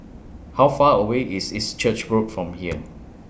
How Far away IS East Church Road from here